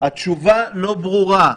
התשובה לא ברורה.